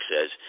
says